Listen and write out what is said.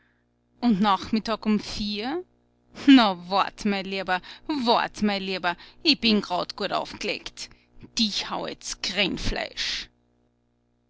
und nachmittag um vier na wart mein lieber wart mein lieber ich bin grad gut aufgelegt dich hau